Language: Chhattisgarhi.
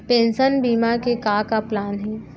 पेंशन बीमा के का का प्लान हे?